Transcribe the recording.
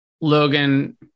Logan